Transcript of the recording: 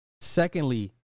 Secondly